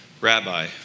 Rabbi